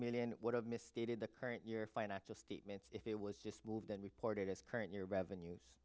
million would have misstated the current year financial statements if it was just moved and we ported as current year revenues